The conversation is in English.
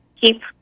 keep